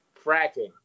Fracking